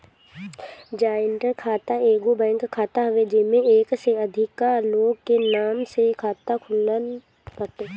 joint खाता एगो bank खाता हवे जेमे एक से अधिका लोग के नाम से खाता खुलत बाटे